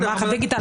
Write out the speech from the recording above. למערך הדיגיטל,